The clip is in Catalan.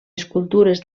escultures